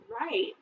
Right